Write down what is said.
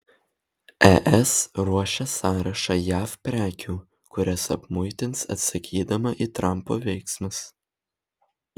es ruošia sąrašą jav prekių kurias apmuitins atsakydama į trampo veiksmus